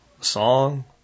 song